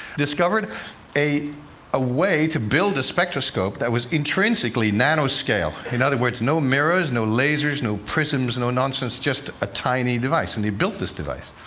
discovered a a way to build a spectroscope that was intrinsically nano-scale. in other words, no mirrors, no lasers, no prisms, no nonsense, just a tiny device, and he built this device.